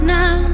now